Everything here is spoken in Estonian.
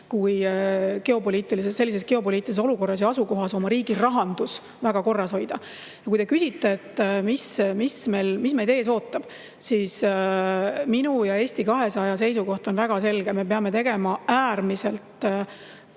kui sellises geopoliitilises olukorras ja asukohas oma riigi rahandus väga korras hoida. Kui te küsite, et mis meid ees ootab, siis [vastan, et] minu ja Eesti 200 seisukoht on väga selge: me peame astuma äärmiselt